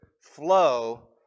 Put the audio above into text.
flow